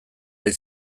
hil